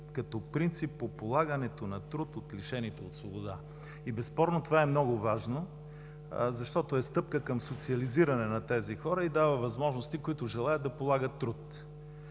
като принцип по полагането на труд от лишените от свобода. И безспорно тава е много важно, защото е стъпка към социализиране на тези хора и дава възможности, които желаят, да полагат труд.